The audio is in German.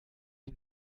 die